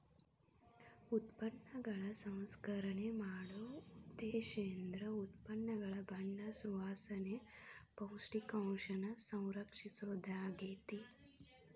ಉತ್ಪನ್ನಗಳ ಸಂಸ್ಕರಣೆ ಮಾಡೊ ಉದ್ದೇಶೇಂದ್ರ ಉತ್ಪನ್ನಗಳ ಬಣ್ಣ ಸುವಾಸನೆ, ಪೌಷ್ಟಿಕಾಂಶನ ಸಂರಕ್ಷಿಸೊದಾಗ್ಯಾತಿ